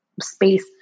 space